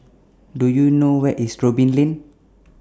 Do YOU know Where IS Robin Lane